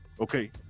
Okay